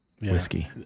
whiskey